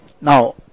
Now